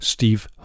Steve